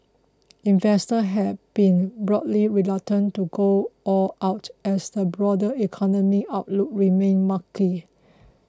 investor have been broadly reluctant to go all out as the broader economy outlook remained murky